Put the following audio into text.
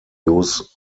use